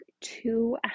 two